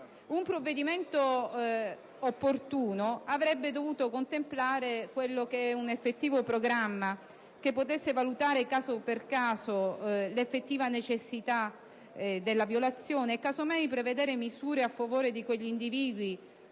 Un provvedimento opportuno avrebbe dovuto contemplare quello che è un effettivo programma che potesse valutare caso per caso l'effettiva necessità della violazione e, casomai, prevedere misure a favore di quegli individui